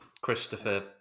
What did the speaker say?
Christopher